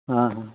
ᱦᱮᱸ ᱦᱮᱸ